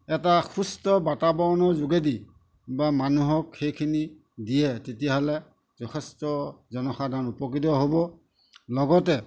এটা সুস্থ বাতাবৰণৰ যোগেদি বা মানুহক সেইখিনি দিয়ে তেতিয়াহ'লে যথেষ্ট জনসাধাৰণ উপকৃত হ'ব লগতে